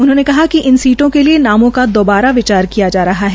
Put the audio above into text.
उन्होंने कहा कि इन सीटों के लिए नामो पर दौबारा विचार किया जा रहा है